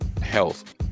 health